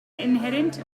inherent